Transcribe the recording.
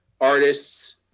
artists